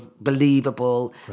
believable